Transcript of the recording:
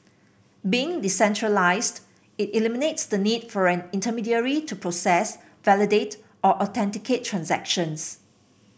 being decentralised it eliminates the need for an intermediary to process validate or authenticate transactions